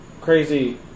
crazy